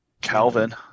Calvin